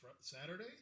Saturday